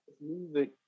music